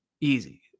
easy